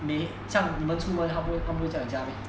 你像你们出门他不是他不是叫你驾 meh